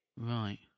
Right